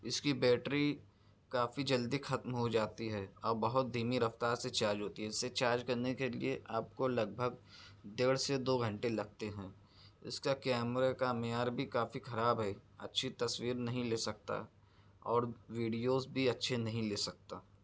اس کی بیٹری کافی جلدی ختم ہو جاتی ہے اور بہت دھیمی رفتار سے چالو ہوتی ہے اسے چارج کرنے کے لیے آپ کو لگ بھگ ڈیڑھ سے دو گھنٹے لگتے ہیں اس کا کیمرے کا معیار بھی کافی خراب ہے اچھی تصویر نہیں لے سکتا اور ویڈیوز بھی اچھے نہیں لے سکتا